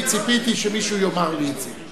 אני ציפיתי שמישהו יאמר לי את זה,